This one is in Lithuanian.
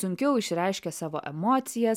sunkiau išreiškia savo emocijas